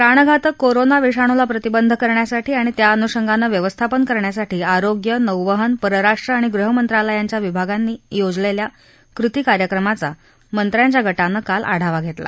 प्राणघातक कोरोना विषाणूला प्रतिबंध कारण्यासाठी आणि त्यानुषंगानं व्यवस्थापन करण्यासाठी आरोग्य नौवहन परराष्ट्र आणि गृह मंत्रालयाच्या विभागांनी योजलेल्या कृती कार्यक्रमाचा मंत्र्यांच्या गटानं काल आढावा घेतला